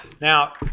now